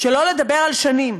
שלא לדבר על שנים,